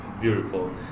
beautiful